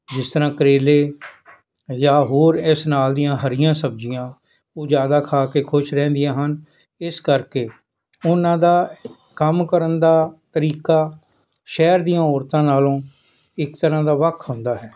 ਜਿਸ ਤਰ੍ਹਾਂ ਕਰੇਲੇ ਜਾਂ ਹੋਰ ਇਸ ਨਾਲ ਦੀਆਂ ਹਰੀਆਂ ਸਬਜ਼ੀਆਂ ਉਹ ਜ਼ਿਆਦਾ ਖਾ ਕੇ ਖੁਸ਼ ਰਹਿੰਦੀਆਂ ਹਨ ਇਸ ਕਰਕੇ ਉਨ੍ਹਾਂ ਦਾ ਕੰਮ ਕਰਨ ਦਾ ਤਰੀਕਾ ਸ਼ਹਿਰ ਦੀਆਂ ਔਰਤਾਂ ਨਾਲੋਂ ਇੱਕ ਤਰ੍ਹਾਂ ਦਾ ਵੱਖ ਹੁੰਦਾ ਹੈ